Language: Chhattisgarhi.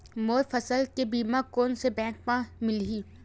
मोर फसल के बीमा कोन से बैंक म मिलही?